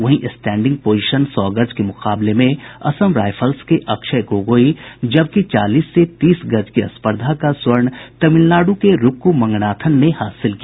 वहीं standing position सौ गज के मुकाबले में असम राइफल्स के अक्षय गोगोई जबकि चालीस से तीस गज की स्पर्धा का स्वर्ण पदक तमिलनाडु के रूक्कु मंगनाथन ने हासिल किया